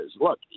Look